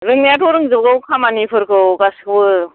रोंनायाथ' रोंजोबगौ खामानिफोरखौ गासिखौबो